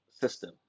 system